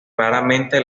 raramente